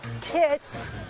Tits